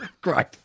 Great